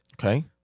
Okay